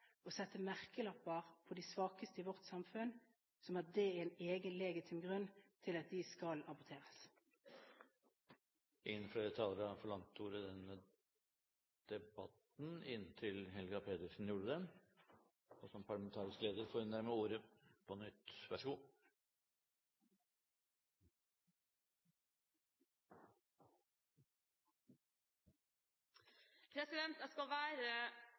å sette merkelapper på de svakeste i vårt samfunn som en egen legitim grunn til at de skal